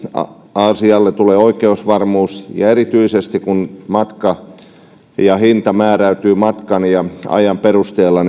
asialle tulee oikeusvarmuus ja erityisesti kun hinta määräytyy matkan ja ajan perusteella